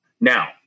Now